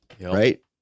Right